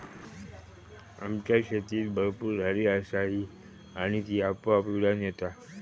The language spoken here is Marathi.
आमच्या शेतीत भरपूर झाडी असा ही आणि ती आपोआप रुजान येता